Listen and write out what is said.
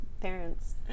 parents